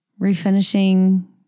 refinishing